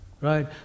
Right